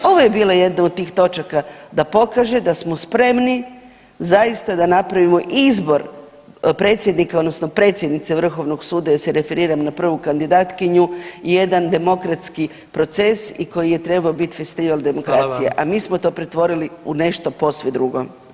Ovo je bila jedna od tih točaka da pokaže da smo spremni zaista da napravimo izbor predsjednika odnosno predsjednice Vrhovnog suda jer se referiram na prvu kandidatkinju, jedan demokratski proces i koji je trebao biti festival demokracije, a mi smo to pretvorili u nešto posve drugo.